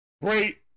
great